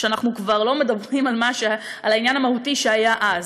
שאנחנו לא מדווחים על העניין המהותי שהיה אז,